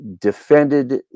defended